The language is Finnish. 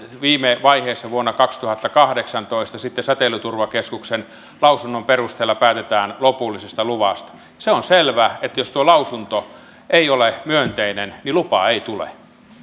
viime vaiheessa vuonna kaksituhattakahdeksantoista säteilyturvakeskuksen lausunnon perusteella päätetään lopullisesta luvasta se on selvää että jos tuo lausunto ei ole myönteinen niin lupaa ei tule